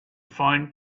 find